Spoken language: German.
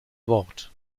wort